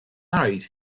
married